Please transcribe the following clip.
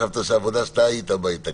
הצבעה בעד מיעוט נגד רוב לא אושר.